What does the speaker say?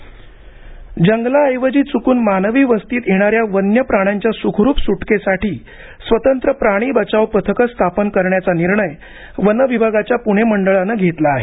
प्राणी बचाव पथक जंगलाऐवजी चुकून मानवी वस्तीत येणाऱ्या वन्य प्राण्यांच्या सूखरूप सूटकेसाठी स्वतंत्र प्राणी बचाव पथकं स्थापन करण्याचा निर्णय वन विभागाच्या पुणे मंडळानं घेतला आहे